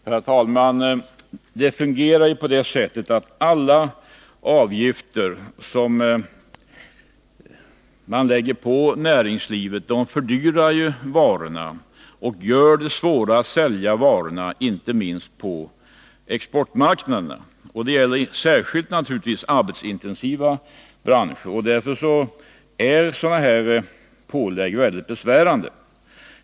Herr talman! Systemet fungerar ju på det sättet att alla avgifter som man lägger på näringslivet fördyrar varorna och gör det svårt att sälja varorna inte minst på exportmarknaden. Särskilt gäller detta naturligtvis arbetsintensiva branscher. Därför är sådana här pålägg väldigt besvärande.